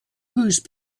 whose